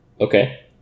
Okay